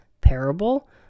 parable